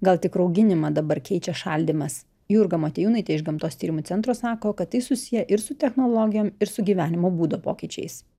gal tik rauginimą dabar keičia šaldymas jurga motiejūnaitė iš gamtos tyrimų centro sako kad tai susiję ir su technologijom ir su gyvenimo būdo pokyčiais